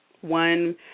one